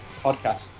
podcast